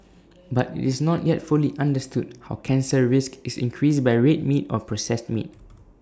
but IT is not yet fully understood how cancer risk is increased by red meat or processed meat